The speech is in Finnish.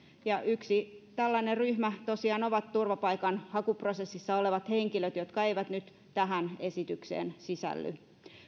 ja yksi tällainen ryhmä tosiaan ovat turvapaikanhakuprosessissa olevat henkilöt jotka eivät nyt tähän esitykseen sisälly